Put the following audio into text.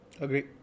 Agree